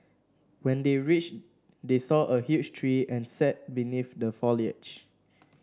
when they reached they saw a huge tree and sat beneath the foliage